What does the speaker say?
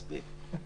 מספיק.